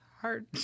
Hard